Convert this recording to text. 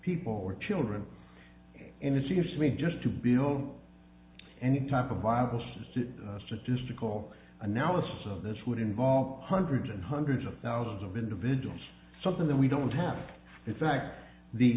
people were children and it seems to me just to build any type of viable statistical analysis of this would involve hundreds and hundreds of thousands of individuals something that we don't have in fact the